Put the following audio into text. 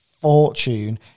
fortune